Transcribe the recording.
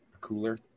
cooler